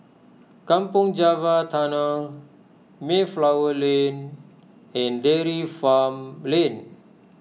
Kampong Java Tunnel Mayflower Lane and Dairy Farm Lane